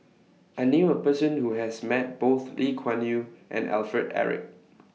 I knew A Person Who has Met Both Lee Kuan Yew and Alfred Eric